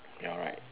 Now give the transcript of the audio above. you're right